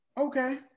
Okay